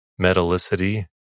metallicity